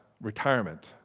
retirement